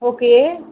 okay